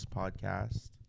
podcast